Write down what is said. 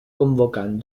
convocant